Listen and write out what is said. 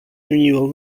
zmieniło